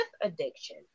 addiction